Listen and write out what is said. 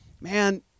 man